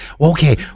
okay